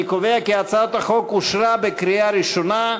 אני קובע כי הצעת החוק אושרה בקריאה ראשונה,